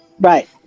Right